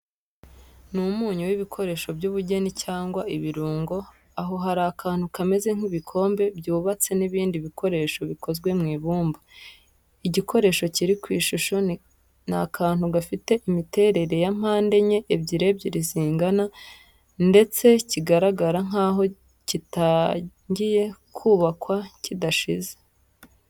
Ni umunyu w'ibikoresho by'ubugeni cyangwa ibirungo, aho hari akantu kameze nk'ibikombe byubatse n'ibindi bikoresho bikozwe mu ibumba. Igikoresho kiri ku ishusho ni akantu gafite imiterere ya mpande enye, ebyiri ebyiri zingana ndetse kigaragara nk'aho kitangiye kubakwa kidashize.